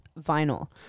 vinyl